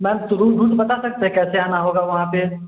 ma'am तो route वूट बता सकते हैं कैसे आना होगा वहाँ पर